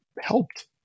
helped